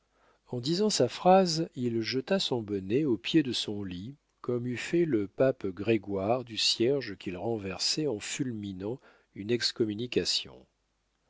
en disant sa phrase il jeta son bonnet au pied de son lit comme eût fait le pape grégoire du cierge qu'il renversait en fulminant une excommunication